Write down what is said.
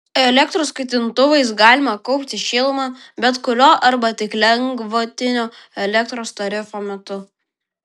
elektros kaitintuvais galima kaupti šilumą bet kuriuo arba tik lengvatinio elektros tarifo metu